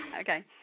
Okay